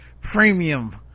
premium